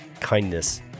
kindness